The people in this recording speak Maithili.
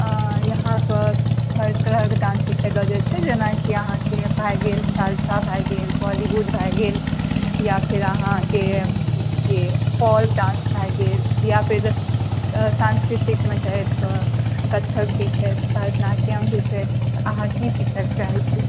यहाँ पर हर तरहके डान्स सिखाएल जाइत छै जेनाकि अहाँक भए गेल सालसा भए गेल बॉलीवुड भए गेल या फेर अहाँकेँ फौक डान्स भए गेल या फेर सांस्कृतिकमे जाइ तऽ कथक भी छै भारतनाट्यम भी छै अहाँ की सिखऽ चाहै छी